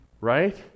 right